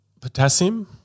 Potassium